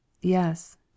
Yes